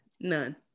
none